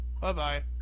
Bye-bye